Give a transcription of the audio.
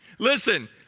Listen